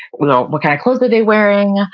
you know what kind of clothes are they wearing?